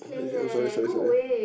okay I'm sorry sorry sorry